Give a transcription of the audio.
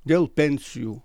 dėl pensijų